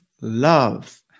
love